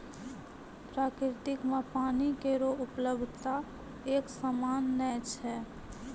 प्रकृति म पानी केरो उपलब्धता एकसमान नै छै